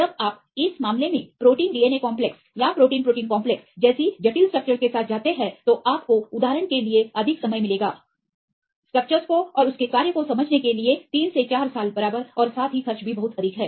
जब आप इस मामले में प्रोटीन डीएनए कॉम्प्लेक्स या प्रोटीन प्रोटीन कॉम्प्लेक्स जैसी जटिल स्ट्रक्चर्स के साथ जाते हैं तो आपको उदाहरण के लिए अधिक समय मिलेगा स्ट्रक्चर्स को और उसके कार्य को समझने के लिए तीन से चार साल बराबर और साथ ही खर्च भी बहुत अधिक है